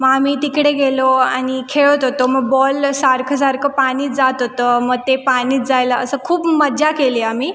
मग आम्ही तिकडे गेलो आणि खेळत होतो मग बॉल सारखं सारखं पाण्यात जात होतं मग ते पाण्यात जायला असं खूप मजा केली आम्ही